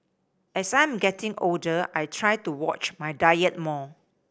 as I'm getting older I try to watch my diet more